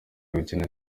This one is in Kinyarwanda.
gukina